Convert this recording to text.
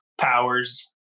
powers